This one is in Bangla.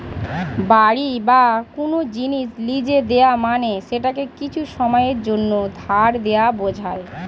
বাড়ি বা কোন জিনিস লীজে দেওয়া মানে সেটাকে কিছু সময়ের জন্যে ধার দেওয়া বোঝায়